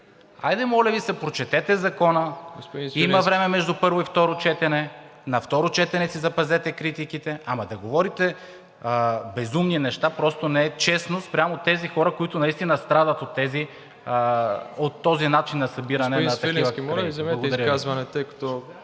Хайде, моля Ви се, прочетете Закона. Има време между първо и второ четене и за второ четене си запазете критиките, ама да говорите безумни неща, просто не е честно спрямо тези хора, които наистина страдат от този начин на събиране на кредити. Благодаря.